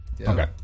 Okay